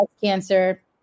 cancer